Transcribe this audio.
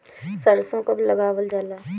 सरसो कब लगावल जाला?